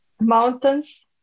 mountains